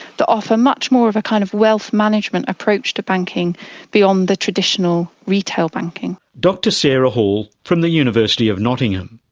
offer much more of a kind of wealth management approach to banking beyond the traditional retail banking. dr sarah hall from the university of nottingham.